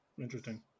Interesting